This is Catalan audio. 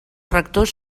rectors